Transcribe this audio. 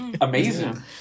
amazing